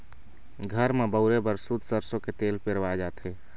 घर म बउरे बर सुद्ध सरसो के तेल पेरवाए जाथे